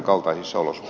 eikö niin